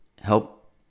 Help